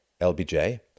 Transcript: LBJ